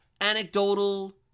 anecdotal